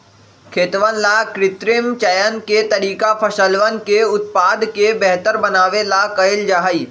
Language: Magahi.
खेतवन ला कृत्रिम चयन के तरीका फसलवन के उत्पादन के बेहतर बनावे ला कइल जाहई